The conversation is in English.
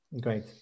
Great